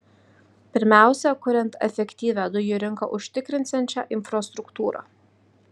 pirmiausia kuriant efektyvią dujų rinką užtikrinsiančią infrastruktūrą